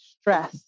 stress